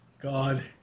God